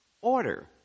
order